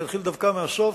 אני אתחיל דווקא מהסוף,